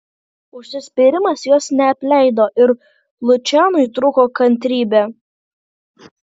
užsispyrimas jos neapleido ir lučianui trūko kantrybė